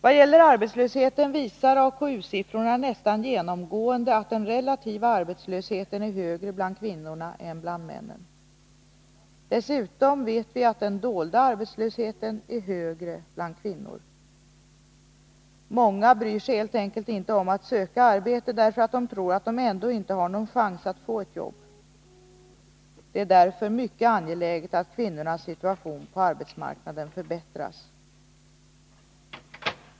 Vad gäller arbetslösheten visar AKU-siffrorna nästan genomgående att den relativa arbetslösheten är högre bland kvinnorna än bland männen. Dessutom vet vi att den dolda arbetslösheten är högre bland kvinnor. Många bryr sig helt enkelt inte om att söka arbete, därför att de tror att de ändå inte har någon chans att få ett jobb. Det är därför mycket angeläget att kvinnornas situation på arbetsmarknaden förbättras.